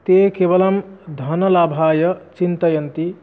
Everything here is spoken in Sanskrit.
ते केवलं धनलाभाय चिन्तयन्ति